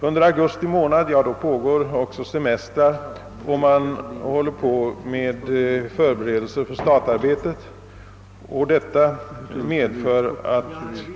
Under augusti pågår också semestrar och man håller på med förberedelser för att upprätta staten.